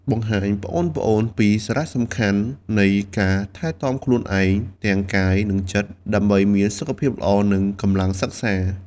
បង្ហាញប្អូនៗពីសារៈសំខាន់នៃការ ថែទាំខ្លួនឯង ទាំងកាយ និងចិត្ត ដើម្បីមានសុខភាពល្អ និងកម្លាំងសិក្សា ។